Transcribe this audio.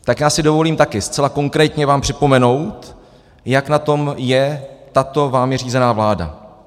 Tak já si dovolím taky zcela konkrétně vám připomenout, jak na tom je tato vámi řízená vláda.